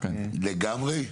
לגמרי?